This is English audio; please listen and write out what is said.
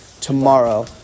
tomorrow